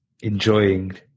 enjoying